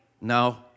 No